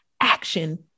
action